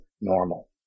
normal